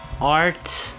art